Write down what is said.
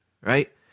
right